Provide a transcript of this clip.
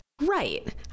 Right